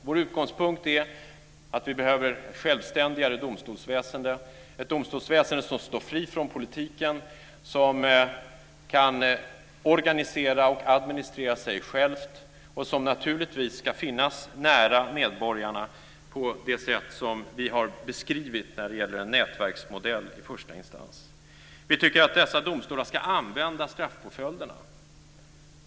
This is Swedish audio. Vår utgångspunkt är att vi behöver ett självständigare domstolsväsende som står fritt från politiken och som kan organisera och administrera sig självt och som naturligtvis ska finnas nära medborgarna på det sätt som vi har beskrivit när det gäller en nätverksmodell i första instans. Vi tycker att dessa domstolar ska använda straffpåföljderna.